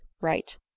right